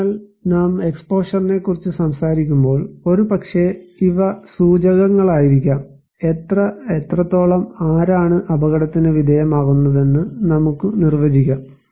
അതിനാൽ നാം എക്സ്പോഷറിനെക്കുറിച്ച് സംസാരിക്കുമ്പോൾ ഒരുപക്ഷേ ഇവ സൂചകങ്ങളായിരിക്കാം എത്ര എത്രത്തോളം ആരാണ് അപകടത്തിന് വിധേയമാകുന്നതെന്ന് നമുക്ക് നിർവചിക്കാം